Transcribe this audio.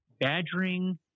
badgering